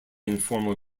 informal